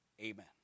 Amen